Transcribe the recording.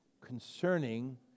concerning